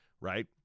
right